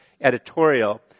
editorial